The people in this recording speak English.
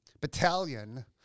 battalion